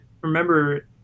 remember